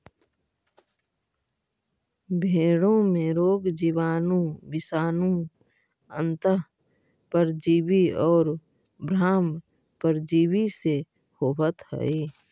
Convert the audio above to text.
भेंड़ों में रोग जीवाणु, विषाणु, अन्तः परजीवी और बाह्य परजीवी से होवत हई